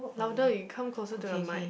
louder you come closer to the mic